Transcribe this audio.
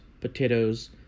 potatoes